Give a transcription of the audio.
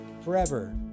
forever